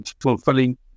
fulfilling